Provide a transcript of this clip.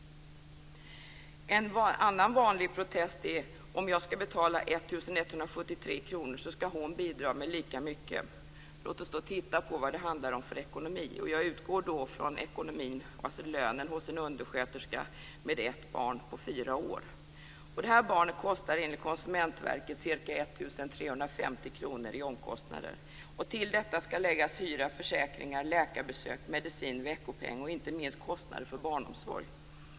En annan vanlig protest är: "Om jag skall betala 1 173 kr så skall hon bidra med lika mycket!" Låt oss då titta på vad det handlar om för ekonomi. Jag utgår från en undersköterska med ett barn på fyra år. Det barnet kostar enligt Konsumentverket ca 1 350 kr. Till detta skall läggas hyra, försäkringar, läkarbesök, medicin, veckopeng och inte minst kostnader för barnomsorg.